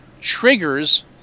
triggers